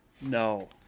No